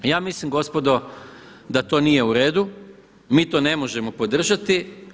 Ja mislim gospodo da to nije u redu, mi to ne možemo podržati.